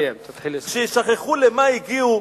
כששכחו למה הגיעו,